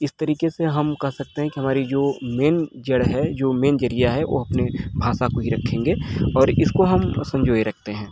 इस तरीके से हम कह सकते हैं कि हमारी जो मेन जड़ है जो मेन ज़रिया है वह अपने भाषा को ही रखेंगे और इसको हम संजोए रखते हैं